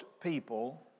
people